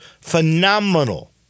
phenomenal